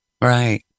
Right